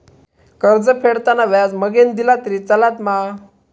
कर्ज फेडताना व्याज मगेन दिला तरी चलात मा?